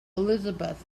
elizabeth